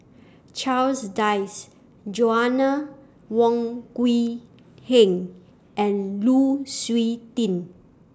Charles Dyce Joanna Wong Quee Heng and Lu Suitin